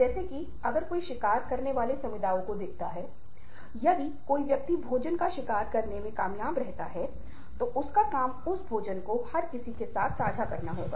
यह आत्म जागरूकता स्व प्रबंधन सामाजिक जागरूकता और संबंध प्रबंधन है